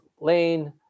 Lane